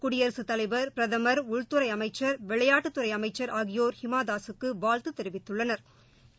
குடியரசுத் தலைவா் பிரதமா் உள்துறைஅமைச்சா் விளையாட்டுத் துறைஅமைச்சா் ஆகியோா் ஹிமாதாஸ்க்குவாழ்த்துதெரிவித்துள்ளனா்